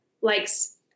likes